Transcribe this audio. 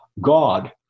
God